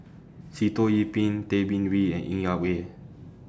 Sitoh Yih Pin Tay Bin Wee and Ng Yak Whee